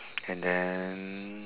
and then